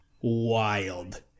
Wild